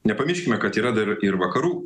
nepamirškime kad yra dar ir vakarų